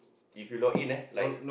even if log in eh like